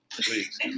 please